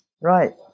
Right